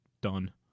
done